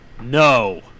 No